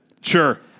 Sure